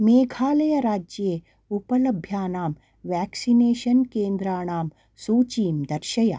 मेघालयराज्ये उपलभ्यानां वेक्सिनेषन् केन्द्राणाम् सूचीं दर्शय